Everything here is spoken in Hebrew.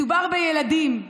מדובר בילדים,